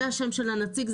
זה השם של הנציג,